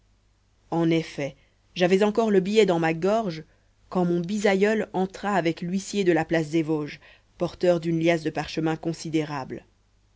en effet j'avais encore le billet dans ma gorge quand mon bisaïeul entra avec l'huissier de la place des vosges porteur d'une liasse de parchemins considérables